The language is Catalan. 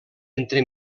entre